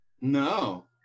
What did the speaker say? No